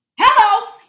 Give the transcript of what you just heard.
Hello